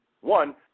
One